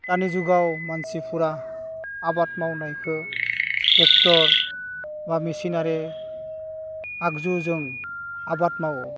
दानि जुगाव मानसिफ्रा आबाद मावनायखो ट्रेक्टर बा मिचिनारि आगजुजों आबाद मावो